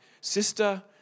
sister